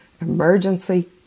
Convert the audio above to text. emergency